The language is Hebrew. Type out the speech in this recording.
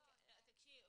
--------- תראה,